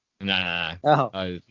Nah